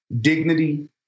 dignity